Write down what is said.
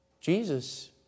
Jesus